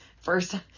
first